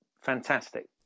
fantastic